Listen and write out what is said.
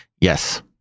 yes